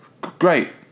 great